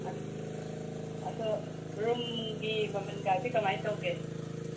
ꯑꯗꯣ ꯔꯨꯝꯒꯤ ꯃꯃꯟꯒꯁꯦ ꯀꯃꯥꯏꯅ ꯇꯧꯒꯦ